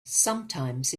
sometimes